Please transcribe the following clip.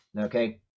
Okay